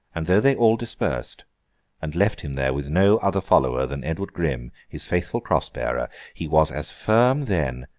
and though they all dispersed and left him there with no other follower than edward gryme, his faithful cross-bearer, he was as firm then,